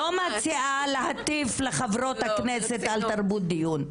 אני לא מציעה להטיף לחברות הכנסת על תרבות דיון.